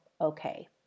okay